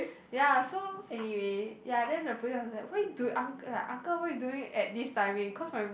ya so anyway ya then the police was like why do uncle uncle what are you doing at this timing cause my